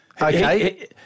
Okay